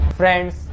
Friends